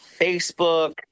Facebook